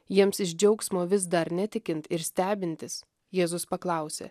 jiems iš džiaugsmo vis dar netikint ir stebintis jėzus paklausė